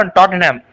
Tottenham